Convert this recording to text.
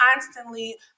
constantly